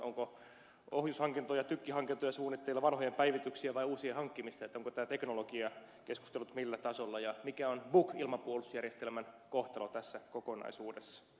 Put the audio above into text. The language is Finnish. onko ohjushankintoja tykkihankintoja suunnitteilla vanhojen päivityksiä vai uusien hankkimista että ovatko nämä teknologiakeskustelut millä tasolla ja mikä on buk ilmapuolustusjärjestelmän kohtalo tässä kokonaisuudessa